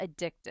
addictive